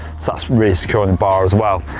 so that's really secure on the bar as well.